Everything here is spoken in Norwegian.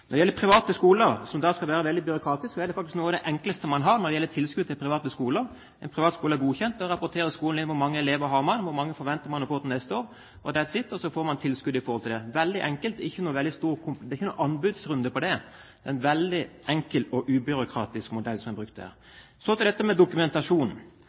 Når det gjelder private skoler og tilskudd til private skoler, som skal være veldig byråkratisk, er det noe av det enkleste man har. Når en privat skole er godkjent, rapporterer skolen inn hvor mange elever man har, hvor mange man forventer å få til neste år, og «that's it». Og så får man tilskudd i forhold til det. Veldig enkelt, ikke noen anbudsrunde på det – en veldig enkel og ubyråkratisk modell er brukt der. Så til dette med dokumentasjon. Det er ikke slik at jeg er